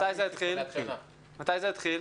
מתי זה יתחיל?